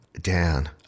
Dan